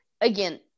again